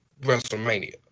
WrestleMania